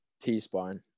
T-spine